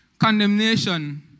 Condemnation